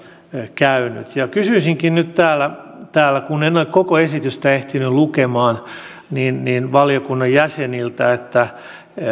käynyt kysyisinkin nyt täällä täällä kun en ole koko esitystä ehtinyt lukemaan valiokunnan jäseniltä